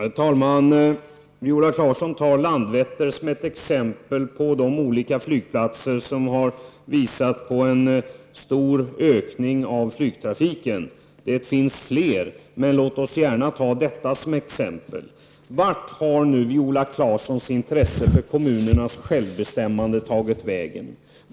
Herr talman! Viola Claesson tar Landvetter som ett exempel på de flygplatser som kan uppvisa en stor ökning av flygtrafiken. Det finns fler sådana flygplatser, men låt oss gärna ta Landvetter som ett exempel. Vart har Viola Claessons intresse för kommunernas självbestämmande tagit vägen?